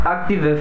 Active